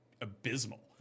abysmal